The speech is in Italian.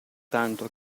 tanto